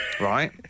right